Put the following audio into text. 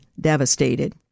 devastated